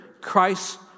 Christ